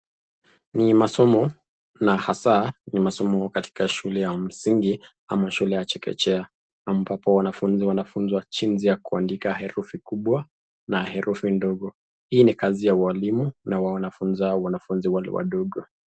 Ni masomo hasa ni masomo ya katika shule ya msingi, ama shule ya chekechea ambapo wanafunzi wanafunzwa jinsi ya kuandika kwa erufi kubwa na erufi ndogo, hii ni kazi ya walimu na wanafunza wanafunzi wadogo.